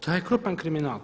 To je krupan kriminal.